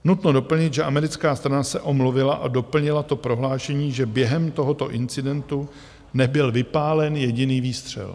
Nutno doplnit, že americká strana se omluvila a doplnila to prohlášením, že během tohoto incidentu nebyl vypálen jediný výstřel.